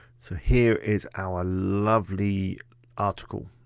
so here is our lovely article.